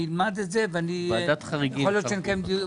אני אלמד את זה ויכול להיות שנקיים דיון.